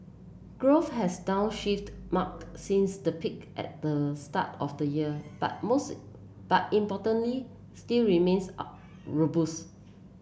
growth has downshifted mark since the peak at the start of the year but but importantly still remains robust